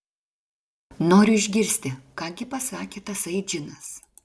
noriu išgirsti ką gi pasakė tasai džinas